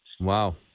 Wow